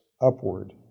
upward